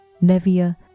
Nevia